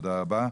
תודה רבה.